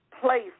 place